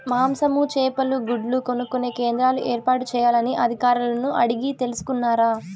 మాంసము, చేపలు, గుడ్లు కొనుక్కొనే కేంద్రాలు ఏర్పాటు చేయాలని అధికారులను అడిగి తెలుసుకున్నారా?